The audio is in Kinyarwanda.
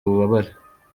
ububabare